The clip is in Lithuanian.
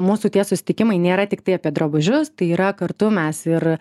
mūsų tie susitikimai nėra tiktai apie drabužius tai yra kartu mes ir